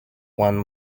one